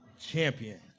champion